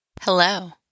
Hello